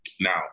Now